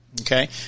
okay